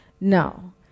Now